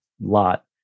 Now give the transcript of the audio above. lot